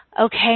okay